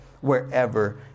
wherever